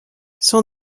son